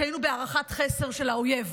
כי היינו בהערכת חסר של האויב.